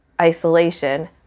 isolation